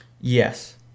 Yes